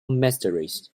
mysteries